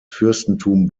fürstentum